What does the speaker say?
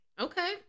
Okay